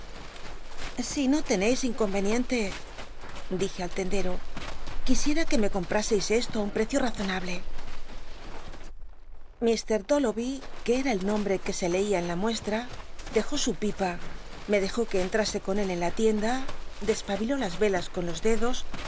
si no teneis inconveniente elije al tendero quisiera que me compráseis esto ñ un precio razonable ilr dolloby este era el nombre que se leía en la muestra dejó su pipa me dijo que entrase con él en la tienda despabiló las velas con los dedos